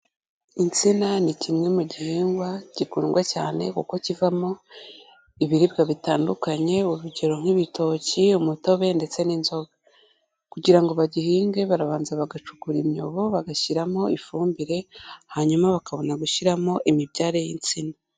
Insina ni kimwe mu gihingwa gikundwa cyane kuko kivamo ibiribwa bitandukanye urugero nk'ibitoki, umutobe ndetse n'inzoga. Kugira ngo bagihinge barabanza bagacukura imyobo bagashyiramo ifumbire, hanyuma bakabona gushyiramo imibyare y'insina.